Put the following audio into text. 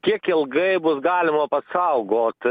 kiek ilgai bus galima pasaugot